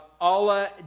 Allah